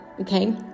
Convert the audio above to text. Okay